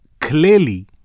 clearly